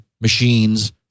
machines